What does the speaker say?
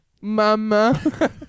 mama